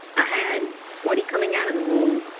i had forty coming out of the womb.